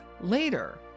later